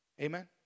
Amen